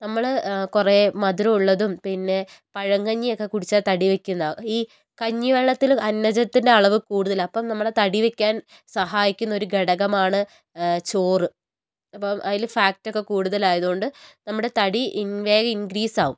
നമ്മൾ കുറെ മധുരമുള്ളതും പിന്നെ പഴങ്കഞ്ഞിയൊക്കെ കുടിച്ചാൽ തടി വെക്കുന്നതാണ് ഈ കഞ്ഞിവെള്ളത്തിൽ അന്നജത്തിൻ്റെ അളവ് കൂടുതലാണ് അപ്പം നമ്മുടെ തടി വെക്കാൻ സഹായിക്കുന്ന ഒരു ഘടകമാണ് ഏ ചോറ് അപ്പം അതിൽ ഫാക്റ്റൊക്കെ കൂടുതലായത് കൊണ്ട് നമ്മുടെ തടി വേഗം ഇൻക്രീസാകും